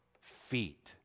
feet